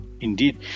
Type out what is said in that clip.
Indeed